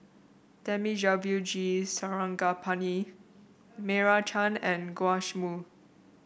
Thamizhavel G Sarangapani Meira Chand and Joash Moo